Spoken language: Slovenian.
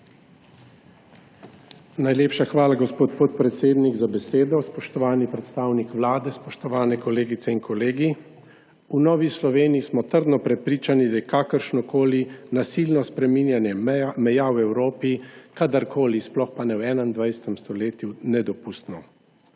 Najlepša hvala, gospod podpredsednik, za besedo. Spoštovani predstavnik Vlade, spoštovane kolegice in kolegi! V Novi Sloveniji smo trdno prepričani, da je kakršnokoli nasilno spreminjanje meja v Evropi kadarkoli, sploh pa v 21. stoletju, nedopustno.